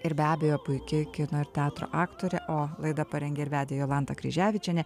ir be abejo puiki kino ir teatro aktorė o laidą parengė ir vedė jolanta kryževičienė